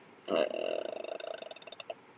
err